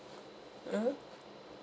mmhmm